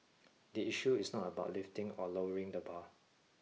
the issue is not about lifting or lowering the bar